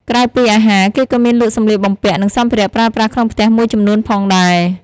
ក្រៅពីអាហារ គេក៏មានលក់សំលៀកបំពាក់ និងសម្ភារៈប្រើប្រាស់ក្នុងផ្ទះមួយចំនួនផងដែរ។